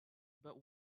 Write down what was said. but